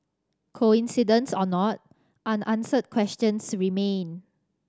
coincidence or not unanswered questions remain